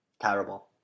Terrible